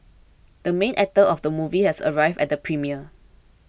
the main actor of the movie has arrived at the premiere